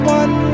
one